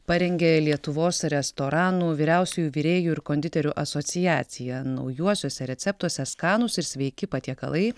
parengė lietuvos restoranų vyriausiųjų virėjų ir konditerių asociacija naujuosiuose receptuose skanūs ir sveiki patiekalai